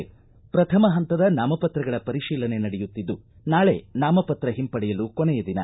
ಶ್ರಥಮ ಹಂತದ ನಾಮಪ್ರತ್ರಗಳ ಪರಿಶೀಲನೆ ನಡೆಯುತ್ತಿದ್ದು ನಾಳೆ ನಾಮಪತ್ರ ಹಿಂಪಡೆಯಲು ಕೊನೆಯ ದಿನ